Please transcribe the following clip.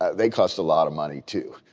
they cost a lot of money too,